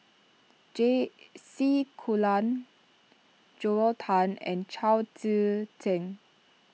J C Kunalan Joel Tan and Chao Tzee Cheng